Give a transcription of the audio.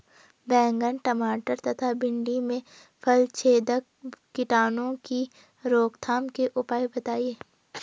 बैंगन टमाटर तथा भिन्डी में फलछेदक कीटों की रोकथाम के उपाय बताइए?